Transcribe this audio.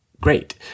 great